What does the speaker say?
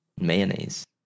mayonnaise